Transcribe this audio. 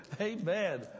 Amen